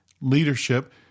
leadership